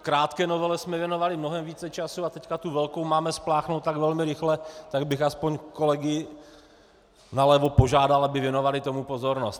Krátké novele jsme věnovali mnohem více času a teď tu velkou máme spláchnout tak velmi rychle, tak bych aspoň kolegy nalevo požádal, aby tomu věnovali pozornost.